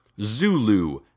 Zulu